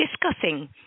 discussing